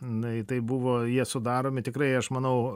tai buvo jie sudaromi tikrai aš manau